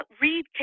read